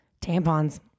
Tampons